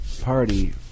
party